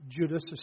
Judas